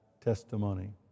testimony